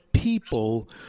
People